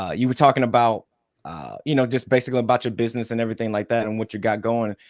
ah you were talking about you know just basically about your business and everything like that and what you got going.